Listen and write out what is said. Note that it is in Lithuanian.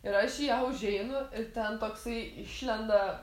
ir aš į ją užeinu ir ten toksai išlenda